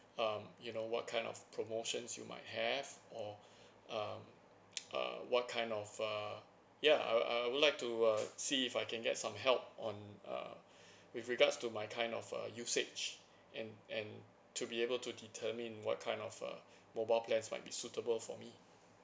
um you know what kind of promotion you might have or um uh what kind of a ya I I would like to uh see if I can get some help on uh with regards to my kind of uh usage and and to be able to determine what kind of uh mobile plans might be suitable for me